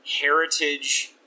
heritage